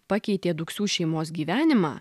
pakeitė duksių šeimos gyvenimą